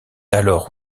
alors